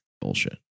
bullshit